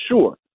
sure